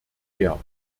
fair